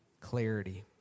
clarity